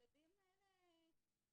הילדים או "מבלים"